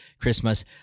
Christmas